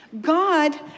God